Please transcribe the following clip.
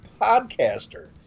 podcaster